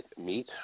meet